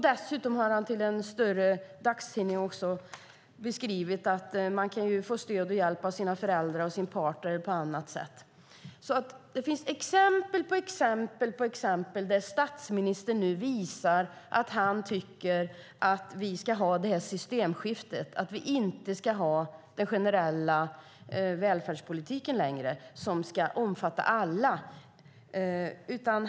Dessutom har han för en större dagstidning beskrivit att man kan få stöd och hjälp av sina föräldrar, sin partner eller på annat sätt. Det finns exempel på exempel där statsministern nu visar att han tycker att vi ska ha det här systemskiftet där vi inte ska ha den generella välfärdspolitiken som ska omfatta alla längre.